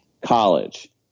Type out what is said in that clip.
college